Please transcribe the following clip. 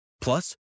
Plus